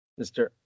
Mr